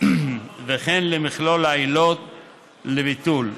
וכן למכלול העילות לביטול,